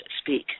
speak